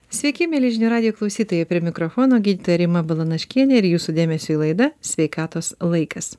sveiki mieli žinių radijo klausytojai prie mikrofono gydytoja rima balanaškienė ir jūsų dėmesiui laida sveikatos laikas